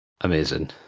Amazing